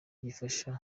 gifasha